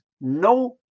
no